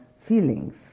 feelings